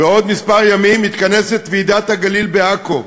בעוד כמה ימים, מתכנסת ועידת הגליל בעכו.